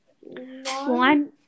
one